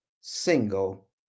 single